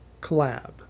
collab